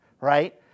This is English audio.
right